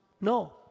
No